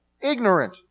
ignorant